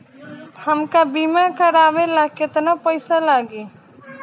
हमका बीमा करावे ला केतना पईसा लागी?